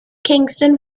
kingston